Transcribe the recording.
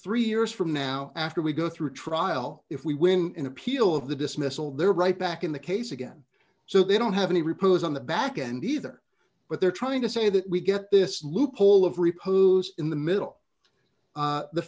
three years from now after we go through trial if we win in appeal of the dismissal they're right back in the case again so they don't have any repots on the back end either but they're trying to say that we get this loophole of repose in the middle